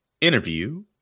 Interview